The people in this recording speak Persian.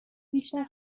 بیشتر